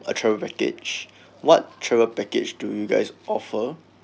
a travel package what travel package do you guys offer